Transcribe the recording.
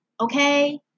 Okay